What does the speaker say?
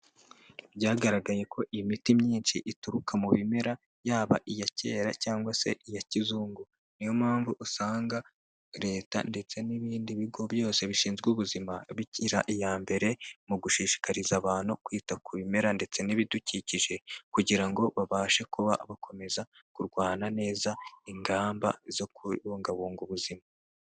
Byagaragaye ko iyi miti myinshi ituruka mu bimera; yaba iya kera cyangwa se iya kizungu, niyo mpamvu usanga leta ndetse n'ibindi bigo byose bishinzwe ubuzima bigira iya mbere mu gushishikariza abantu kwita ku bimera ndetse n'ibidukikije, kugira ngo babashe kuba bakomeza kurwana neza ingamba zo kubungabunga ubuzima.